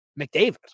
McDavid